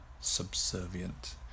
subservient